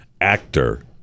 actor